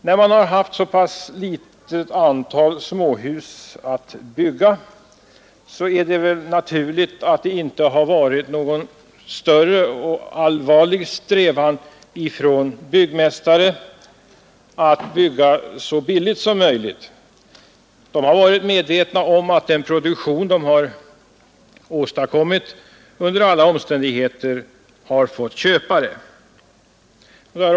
När byggmästarna fått bygga så litet antal småhus är det naturligt att de inte i någon större utsträckning har strävat efter att bygga så billigt som möjligt. De har varit medvetna om att deras produkter under alla omständigheter har fått köpare.